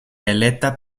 eletta